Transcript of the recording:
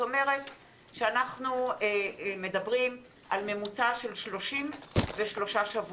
אנחנו מדברים על ממוצע של 33 שבועות.